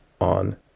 on